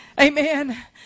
Amen